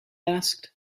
asked